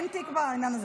אין תיק בעניין הזה.